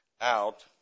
out